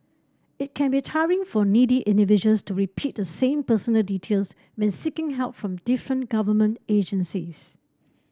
it can be tiring for needy individuals to repeat the same personal details when seeking help from different government agencies